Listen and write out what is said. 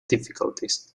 difficulties